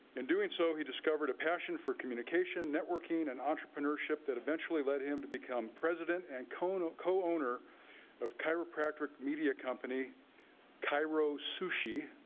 in doing so, he discovered a passion for communication networking and entrepreneurship that eventually led him to become president and co-owner co-owner of chiropractic media company cairo sushi